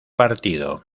partido